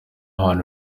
ahantu